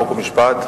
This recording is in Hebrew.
חוק ומשפט,